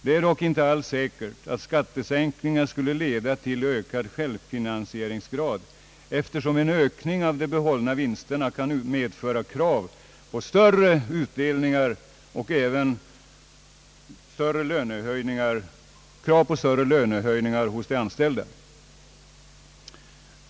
Det är dock inte alls säkert att skattesänkningar skulle leda till ökad självfinansiering, eftersom en ökning av de behållna vinsterna kan medföra krav på större utdelning och krav på större lönehöjningar från de anställda.